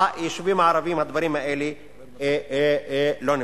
ביישובים הערביים הדברים האלה לא נמצאים.